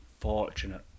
fortunate